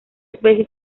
especie